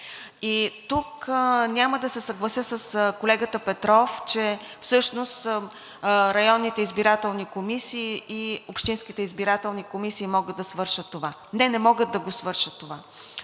Тук няма да се съглася с колегата Петров, че всъщност районните избирателни комисии и общинските избирателни комисии могат да свършат това. Не, не могат да го свършат това.